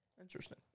Interesting